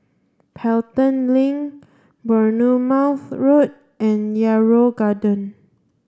Pelton Link Bournemouth Road and Yarrow Garden